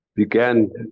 began